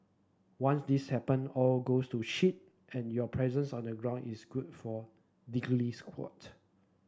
once this happen all goes to shit and your presence on the ground is good for diddly squat